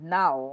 now